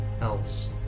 else